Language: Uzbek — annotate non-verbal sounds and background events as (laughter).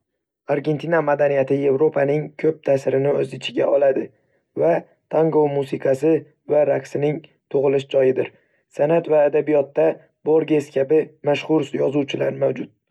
Argentina madaniyati Evropaning ko'p ta'sirini o'z ichiga oladi va tango musiqasi va raqsining tug'ilish joyidir. San'at va adabiyotda Borges kabi mashhur (unintelligible) yozuvchilar mavjud.